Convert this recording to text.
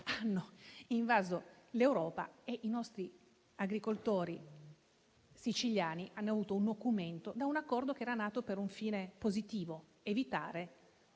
hanno invaso l'Europa e i nostri agricoltori siciliani hanno avuto un nocumento da un accordo che era nato per un fine positivo: evitare